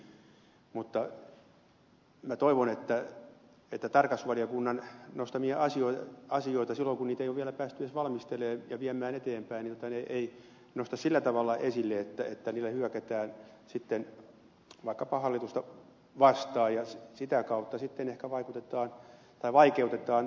mutta minä toivon että tarkastusvaliokunnan nostamia asioita silloin kun niitä ei ole vielä päästy edes valmistelemaan ja viemään eteenpäin ei nosteta sillä tavalla esille että niillä hyökätään vaikkapa hallitusta vastaan ja sitä kautta ehkä vaikeutetaan tarkastusvaliokunnan toimintaa